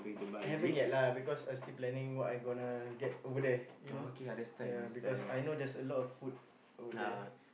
haven't yet lah because I still planning what I gonna get over there you know ya because I know there's a lot of food over there